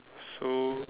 so